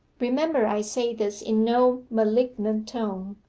remember i say this in no malignant tone,